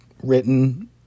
Written